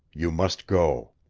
you must go.